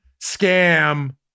scam